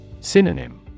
Synonym